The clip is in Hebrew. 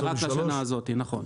נכון.